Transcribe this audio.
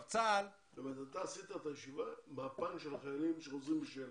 אתה עשית את הישיבה מהפן של החיילים שחזרו בשאלה.